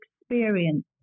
experience